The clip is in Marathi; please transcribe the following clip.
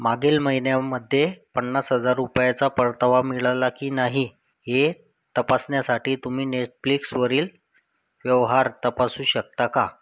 मागील महिन्यामध्ये पन्नास हजार रुपयाचा परतावा मिळाला की नाही हे तपासण्यासाठी तुम्ही नेतफ्लिक्सवरील व्यवहार तपासू शकता का